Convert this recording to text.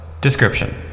Description